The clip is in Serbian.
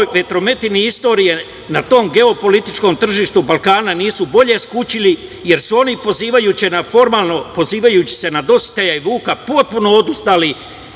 vetrometini istorije, na tom geopolitičkom tržištu Balkana nisu bolje skućili, jer su oni pozivajući se na Dositeja i Vuka potpuno odustali